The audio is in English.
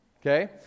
Okay